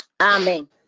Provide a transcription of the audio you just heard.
Amen